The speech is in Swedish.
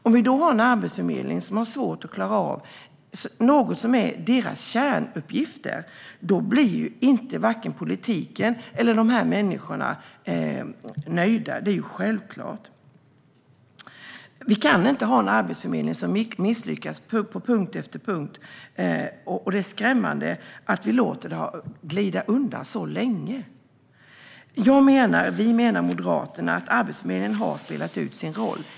Om vi då har en arbetsförmedling som har svårt att klara av sina kärnuppgifter blir varken politiken eller dessa människor nöjda - det är självklart. Vi kan inte ha en arbetsförmedling som misslyckas på punkt efter punkt. Det är skrämmande att vi har låtit det glida så länge. Jag och Moderaterna menar att Arbetsförmedlingen har spelat ut sin roll.